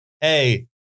hey